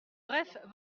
bref